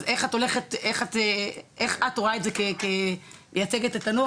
אז איך את רואה את זה כמייצגת את הנוער